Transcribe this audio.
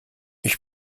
ich